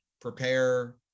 prepare